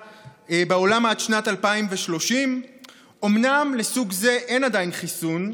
בעולם עד שנת 2030. אומנם לסוג זה אין עדיין חיסון,